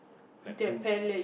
like two